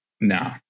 no